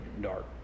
dark